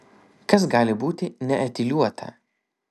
kas gali būti neetiliuota